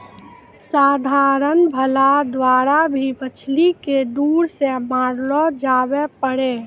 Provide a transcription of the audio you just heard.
साधारण भाला द्वारा भी मछली के दूर से मारलो जावै पारै